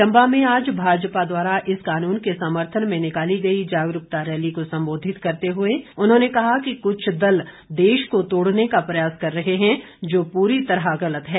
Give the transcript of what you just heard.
चंबा में आज भाजपा द्वारा इस कानून के समर्थन में निकाली गई जागरूकता रैली को संबोधित करते हुए उन्होंने कहा कि कुछ दल देश को तोड़ने का प्रयास कर रहे हैं जो पूरी तरह गलत है